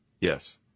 Yes